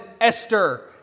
Esther